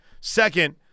Second